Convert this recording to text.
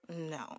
no